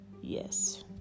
Yes